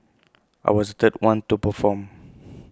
I was the third one to perform